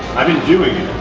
i've been doing